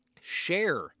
share